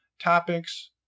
topics